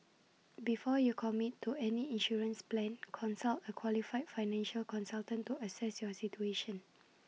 before you commit to any insurance plan consult A qualified financial consultant to assess your situation